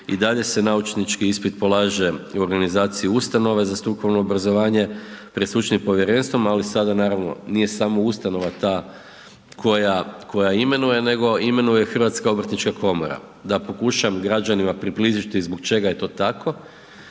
i dalje se naučnički ispit pokaže i u organizaciji ustanove za strukovno obrazovanje pred stručnim povjerenstvom ali sada naravno nije samo ustanova ta koja imenuje nego imenuje Hrvatska obrtnička komora. Da pokušam građanima približiti zbog čega je to tako,